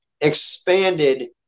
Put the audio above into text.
expanded